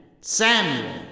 Samuel